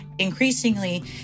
Increasingly